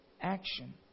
action